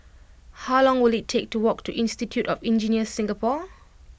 how long will it take to walk to Institute of Engineers Singapore